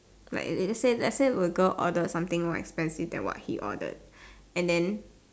like let's say let's say the girl ordered something more expensive than what he ordered and then